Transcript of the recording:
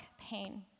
pain